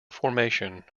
formation